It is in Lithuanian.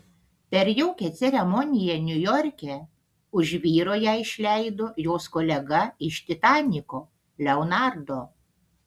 per jaukią ceremoniją niujorke už vyro ją išleido jos kolega iš titaniko leonardo